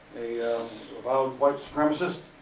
avowed white supremacist.